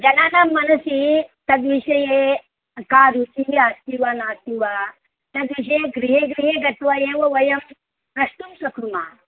जनानां मनसि तद्विषये का रुचिः अस्ति वा नास्ति वा तद् विषये गृहे गृहे गत्वा एव वयं प्रष्टुं शक्नुमः